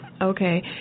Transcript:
Okay